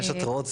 אם יש התרעות,